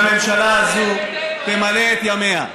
אנחנו מעוניינים שהממשלה הזאת תמלא את ימיה.